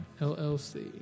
LLC